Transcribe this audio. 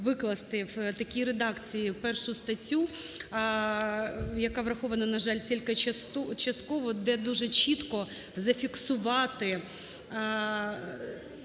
викласти в такій редакції 1 статтю, яка врахована, на жаль, тільки частково, де дуже чітко зафіксувати